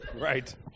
Right